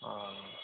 हँ